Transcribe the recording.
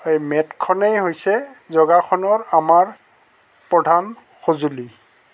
এই মেটখনেই হৈছে যোগাসনৰ আমাৰ প্ৰধান সঁজুলি